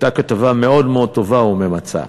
הייתה כתבה מאוד מאוד טובה וממצה.